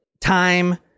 time